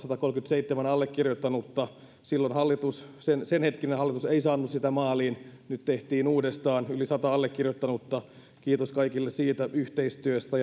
satakolmekymmentäseitsemän allekirjoittanutta silloin senhetkinen hallitus ei saanut sitä maaliin nyt tehtiin uudestaan yli sata allekirjoittanutta kiitos kaikille siitä yhteistyöstä